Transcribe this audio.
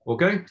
Okay